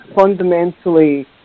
fundamentally